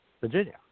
Virginia